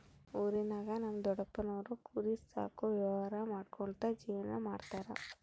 ಊರಿನಾಗ ನಮ್ ದೊಡಪ್ಪನೋರು ಕುರಿ ಸಾಕೋ ವ್ಯವಹಾರ ಮಾಡ್ಕ್ಯಂತ ಜೀವನ ಮಾಡ್ತದರ